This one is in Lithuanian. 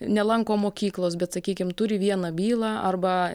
nelanko mokyklos bet sakykim turi vieną bylą arba